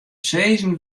sizzen